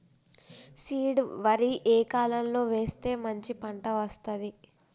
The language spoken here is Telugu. సీడ్ వరి ఏ కాలం లో వేస్తే మంచి పంట వస్తది?